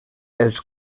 els